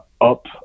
up